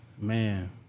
Man